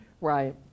right